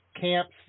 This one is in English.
camps